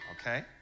Okay